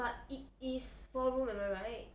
but it is four room am I right